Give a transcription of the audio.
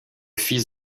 fils